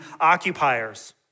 occupiers